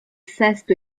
sesto